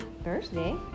Thursday